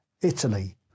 Italy